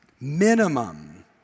Minimum